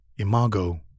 Imago